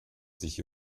sich